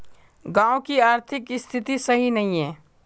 गाँव की आर्थिक स्थिति सही नहीं है?